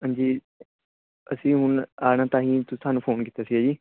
ਹਾਂਜੀ ਅਸੀਂ ਹੁਣ ਆਉਣਾ ਤਾਂ ਹੀ ਤੁਹਾਨੂੰ ਫੋਨ ਕੀਤਾ ਸੀਗਾ ਜੀ